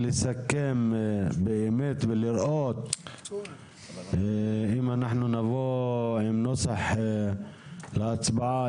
כדי לראות אם נבוא עם נוסח להצבעה,